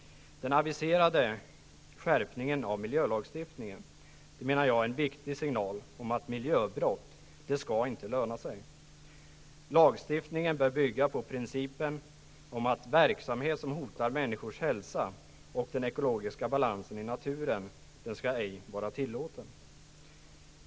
Den aviserade skärpningen av miljölagstiftningen är en viktig signal om att miljöbrott inte skall löna sig. Lagstiftningen bör bygga på principen om att verksamhet som hotar människors hälsa och den ekologiska balansen i naturen ej skall vara tillåten.